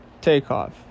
Takeoff